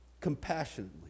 compassionately